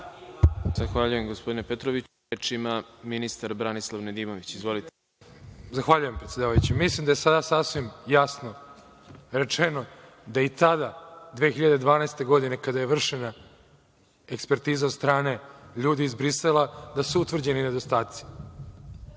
Zahvaljujem, gospodine Petroviću. Reč ima ministar Branislav Nedimović. Izvolite. **Branislav Nedimović** Zahvaljujem, predsedavajući. Mislim da je sada sasvim jasno rečeno da i tada 2012. godine, kada je vršena ekspertiza od strane ljudi iz Brisela, da su utvrđeni nedostaci. Gledajte,